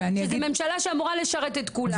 זו ממשלה שאמורה לשרת את כולן.